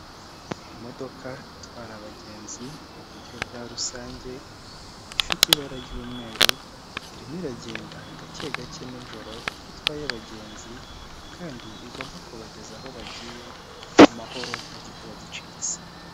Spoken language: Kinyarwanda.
Imodoka itwara abagenzi mu buryo bwa rusange, ifite ibara ry'umweru, irimo iragenda gake gake nijoro kuko itwaye abagenzi, kandi igomba kubagezaho bagiye mu mahoro, nta gikuba gicitse.